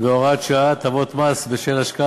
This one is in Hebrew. והוראות שעה) (הטבות מס בשל השקעה